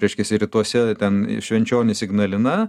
reiškiasi rytuose ten švenčionys ignalina